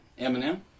Eminem